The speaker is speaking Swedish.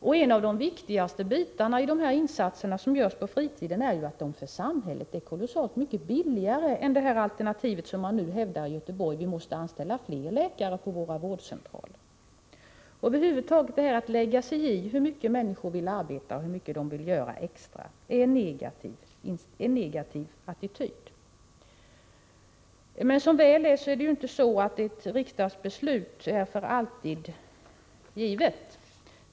Det är också viktigt att konstatera att de insatser som görs på fritiden är kolossalt mycket billigare för samhället än det alternativ som föreslås i Göteborg, där man vill anställda fler läkare på vårdcentralerna. Att över huvud taget lägga sig i hur mycket människor vill arbeta och hur mycket de vill göra extra är en negativ attityd. Men som väl är, är ett riksdagsbeslut inte för alltid givet.